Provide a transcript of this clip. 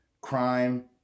crime